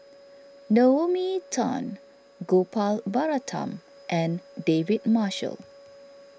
Naomi Tan Gopal Baratham and David Marshall